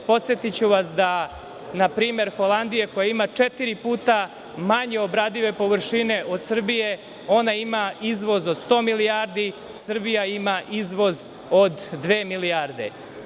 Podsetiću vas na primer Holandije koja ima četiri puta manje obradive površine od Srbije, ona ima izvoz od 100 milijardi, Srbija ima izvoz od dve milijarde.